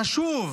חשוב